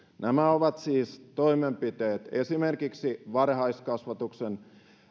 nämä ovat siis toimenpiteet esimerkiksi varhaiskasvatuksen